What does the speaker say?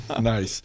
Nice